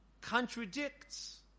contradicts